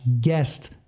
guest